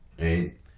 right